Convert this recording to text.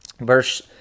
verse